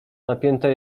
napięte